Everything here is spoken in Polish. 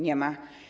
Nie ma.